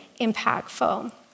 impactful